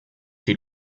sie